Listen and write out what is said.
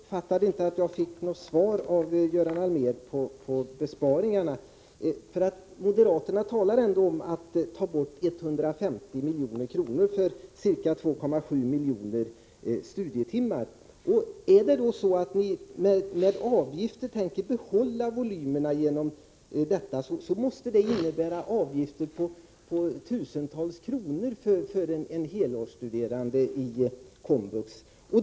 Herr talman! Jag uppfattade inte att jag fick något svar från Göran Allmér när det gällde besparingarna. Moderaterna talar ändå om att ta bort 150 milj.kr. för ca 2,7 miljoner studietimmar. Är det då så att ni tänker behålla volymen med hjälp av avgifter, måste det innebära avgifter på tusentals kronor för en helårsstuderande i komvux.